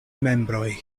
membroj